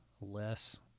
less